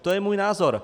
To je můj názor.